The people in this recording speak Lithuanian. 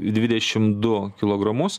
dvidešim du kilogramus